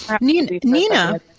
Nina